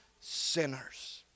sinners